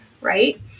right